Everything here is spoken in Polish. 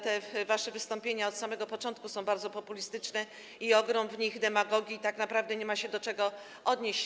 Te wasze wystąpienia od samego początku są bardzo populistyczne, jest w nich ogrom demagogii i tak naprawdę nie ma się do czego odnieść.